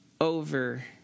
over